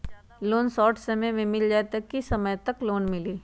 Loan short समय मे मिल जाएत कि लोन समय तक मिली?